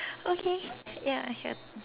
okay ya your